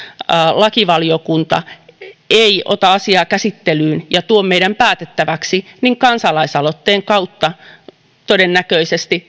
lakivaliokunta ei ota asiaa käsittelyyn ja tuo meidän päätettäväksi niin kansalaisaloitteen kautta todennäköisesti